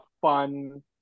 fun